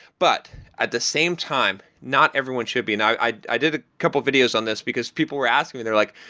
but at the same time, not everyone should be. and i i did a couple videos on this because people were asking me, they're like,